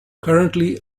currently